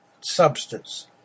substance